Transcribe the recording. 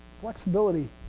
Flexibility